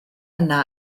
yna